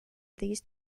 these